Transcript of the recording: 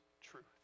truth